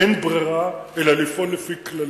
אין ברירה אלא לפעול לפי כללים.